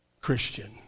Christian